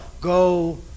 Go